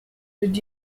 did